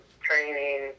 training